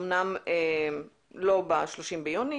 אומנם לא ב-30 ביוני,